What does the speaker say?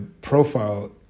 profile